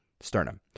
sternum